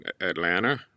Atlanta